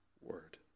word